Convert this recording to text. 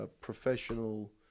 professional